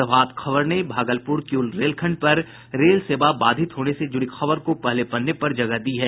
प्रभात खबर ने भागलपुर किऊल रेलखंड पर रेल सेवा बाधित होने से जुड़ी खबर को पहले पन्ने पर जगह दी है